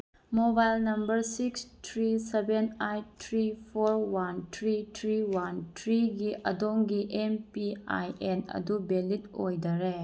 mobile number six three seven eight three four one three three one ꯊ꯭ꯔꯤꯒꯤ ꯑꯗꯣꯝꯒꯤ M P I N ꯑꯗꯨ valid ꯑꯣꯏꯗꯔꯦ